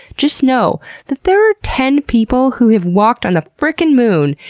just know that there are ten people who have walked on the frickin' moon,